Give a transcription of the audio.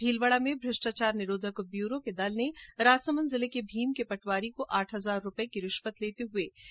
भीलवाड़ा में भ्रष्टाचार निरोधक ब्यूरो के दल ने राजसमंद जिले के भीम के पटवारी को आठ हजार रूपए की रिश्वत लेते हुए गिरफ़्तार कर लिया